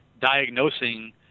diagnosing